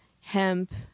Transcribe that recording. hemp